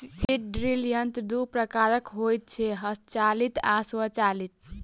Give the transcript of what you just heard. seed drill यंत्र दू प्रकारक होइत छै, हस्तचालित आ स्वचालित